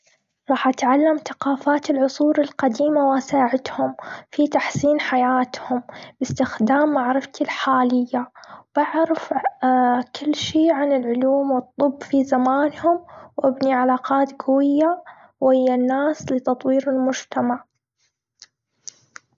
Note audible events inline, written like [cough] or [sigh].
راح أتعلم ثقافات العصور القديمة واساعدهم في تحسين حياتهم بإستخدام معرفتي الحالية. بعرف [hesitation] كل شي عن العلوم والطب في زمانهم وابني علاقات قوية ويا الناس لتطوير المجتمع.